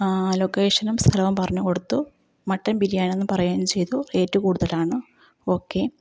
ലൊക്കേഷനും സ്ഥലവും പറഞ്ഞ് കൊടുത്തു മട്ടൻ ബിരിയാണിയെന്ന് പറയുകയും ചെയ്തു റേയ്റ്റ് കൂടുതലാണ് ഓക്കേ